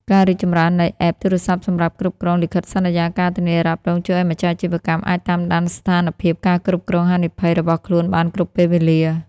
ការរីកចម្រើននៃ App ទូរស័ព្ទសម្រាប់គ្រប់គ្រងលិខិតសន្យា ការធានារ៉ាប់រង ជួយឱ្យម្ចាស់អាជីវកម្មអាចតាមដានស្ថានភាព ការគ្រប់គ្រងហានិភ័យ របស់ខ្លួនបានគ្រប់ពេលវេលា។